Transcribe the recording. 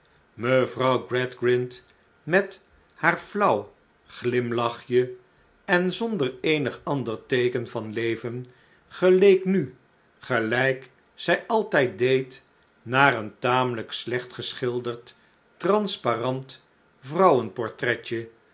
mevrouw gradgrind met haar flauw glimlachje en zonder eenig ander teeken van leven geleek nu gelijk zij altijd deed naar een tamelijk slecht geschilderd transparant